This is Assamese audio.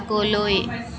আগলৈ